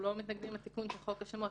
אנחנו לא מתנגדים לתיקון של חוק השמות,